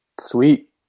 Sweet